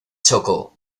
chocó